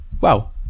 wow